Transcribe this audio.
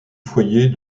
foyer